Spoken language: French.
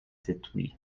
détruit